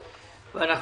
בנושא: